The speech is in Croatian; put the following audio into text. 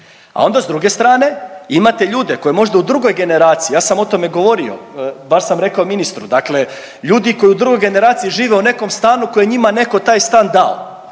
A onda s druge stane imate ljude koji možda u drugoj generaciji, ja sam o tome govorio baš sam rekao ministru, dakle ljudi koji u drugoj generaciji žive u nekom stanu koji je njima netko taj stan dao